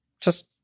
just-